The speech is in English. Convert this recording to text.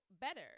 better